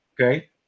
okay